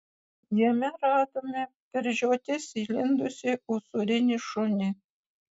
jame radome per žiotis įlindusį usūrinį šunį